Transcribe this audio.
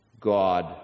God